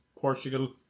Portugal